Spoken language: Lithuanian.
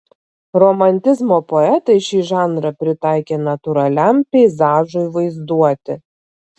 romantizmo poetai šį žanrą pritaikė natūraliam peizažui vaizduoti